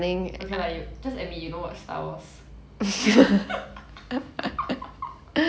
okay lah you just admit you don't watch star wars